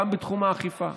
גם בתחום האכיפה.